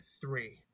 three